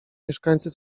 mieszkańcy